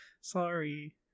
sorry